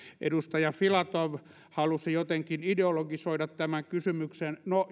edustaja filatov halusi jotenkin ideologisoida tämän kysymyksen no